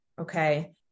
okay